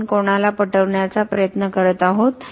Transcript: आपण कोणाला पटवण्याचा प्रयत्न करत आहोत